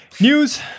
News